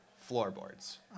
floorboards